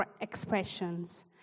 expressions